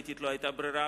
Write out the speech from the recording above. לא היתה ברירה,